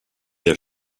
der